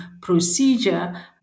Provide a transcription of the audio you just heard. procedure